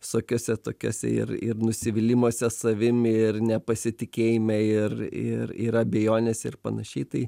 visokiuose tokiose ir ir nusivylimuose savim ir nepasitikėjime ir ir ir abejonėse ir panašiai tai